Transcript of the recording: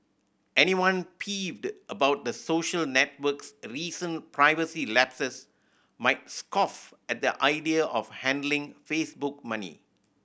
anyone peeved about the social network's recent privacy lapses might scoff at the idea of handing Facebook money